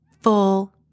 full